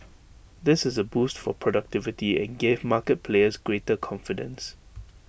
this is A boost for productivity and gave market players greater confidence